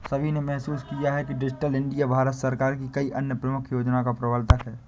सभी ने महसूस किया है कि डिजिटल इंडिया भारत सरकार की कई अन्य प्रमुख योजनाओं का प्रवर्तक है